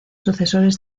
sucesores